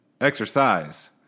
exercise